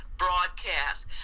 broadcast